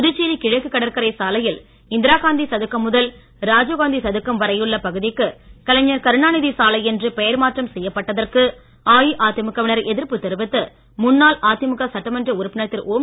புதுச்சேரி கிழக்கு கடற்கரை சாயில் இந்திரா காந்தி சதுக்கம் முதல் ராஜீவ்காந்தி சதுக்கம் வரையுள்ள பகுதிக்கு கலைஞர் கருணாநிதி சாலை என்று பெயர் மாற்றம் செய்யப்பட்டதற்கு அஇஅதிமுக வினர் எதிர்ப்பு தெரிவித்து முன்னாள் அதிமுக சட்ட மன்ற உறுப்பினர் திரு ஓம்